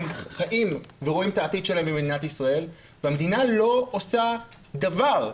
חיים ורואים את העתיד שלהם במדינת ישראל והמדינה לא עושה דבר,